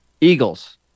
Eagles